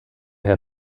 herr